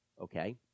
okay